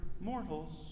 mortals